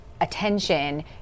attention